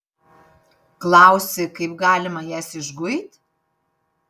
klausi kaip galima jas išguit